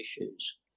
issues